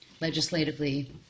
legislatively